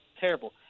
terrible